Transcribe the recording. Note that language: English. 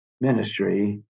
ministry